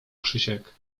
krzysiek